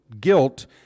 guilt